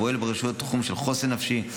פועל ברשויות בתחום של חוסן נפשי,